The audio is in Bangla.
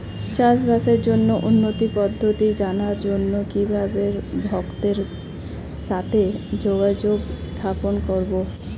চাষবাসের জন্য উন্নতি পদ্ধতি জানার জন্য কিভাবে ভক্তের সাথে যোগাযোগ স্থাপন করব?